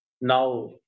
now